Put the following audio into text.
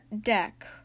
deck